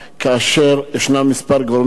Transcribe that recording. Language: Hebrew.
כאשר יש כמה גורמים,